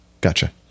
gotcha